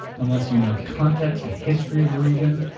unless you know the context and the history of the region.